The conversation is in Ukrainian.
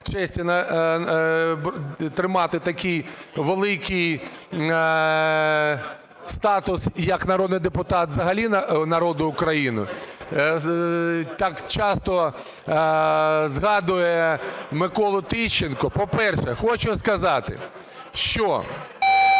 честі тримати такий великий статус, як народний депутат взагалі народу України, так часто згадує Миколу Тищенка. По-перше, хочу сказати, що